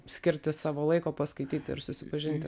skirti savo laiko paskaityti ir susipažinti